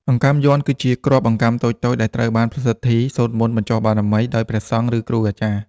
អង្កាំយ័ន្ត គឺជាគ្រាប់អង្កាំតូចៗដែលត្រូវបានប្រសិទ្ធី (សូត្រមន្តបញ្ចុះបារមី) ដោយព្រះសង្ឃ ឬគ្រូអាចារ្យ។